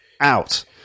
out